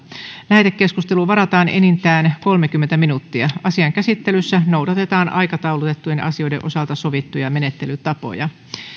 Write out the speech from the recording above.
lähetekeskusteluun varataan enintään kolmekymmentä minuuttia asian käsittelyssä noudatetaan aikataulutettujen asioiden osalta sovittuja menettelytapoja